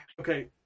Okay